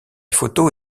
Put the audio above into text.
photo